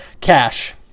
Cash